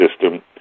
system